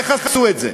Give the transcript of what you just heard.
איך עשו את זה?